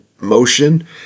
motion